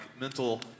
mental